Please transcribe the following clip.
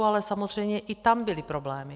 Ale samozřejmě i tam byly problémy.